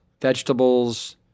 vegetables